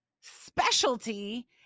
specialty